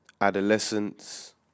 adolescence